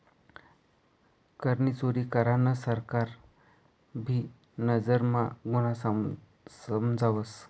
करनी चोरी करान सरकार भी नजर म्हा गुन्हा समजावस